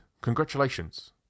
congratulations